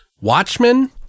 Watchmen